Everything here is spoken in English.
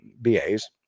BAs